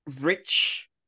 rich